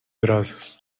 brazos